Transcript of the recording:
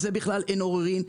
ועל זה אין עוררין בכלל,